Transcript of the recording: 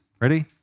Ready